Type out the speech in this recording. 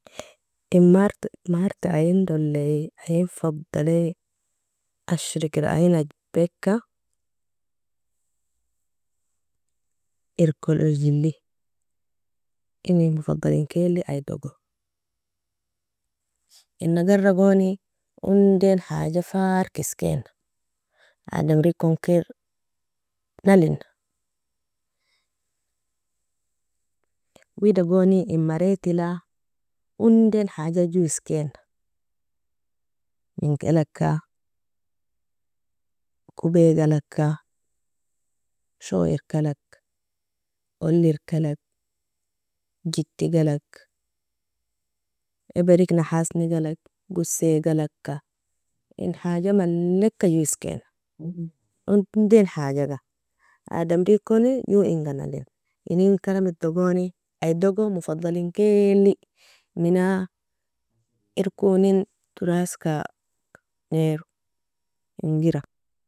In mart marti ain dolie ain fadali ashrikera iain ajbeka irkuludili ini mofadalinkeli aidogo, ina gara goni undin haja farki skena adamri kon kira nalina, widagoni in maritila unden haja jo isken, min galaka? Kbbe galaka, shoer kalag, olir kalag, giti galag, eberik nahasni galag, gosei galaka, in haja malika juisken, undin hajaga, ademri koni jo inga nalin inen karamido goni idogo mofadalinkelile. Mina? Irkonin toraska nero ingera.